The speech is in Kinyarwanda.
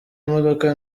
imodoka